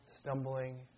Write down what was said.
stumbling